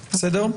בסדר?